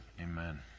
amen